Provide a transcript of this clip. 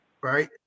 right